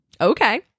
Okay